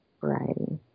variety